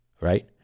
right